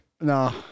No